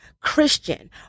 Christian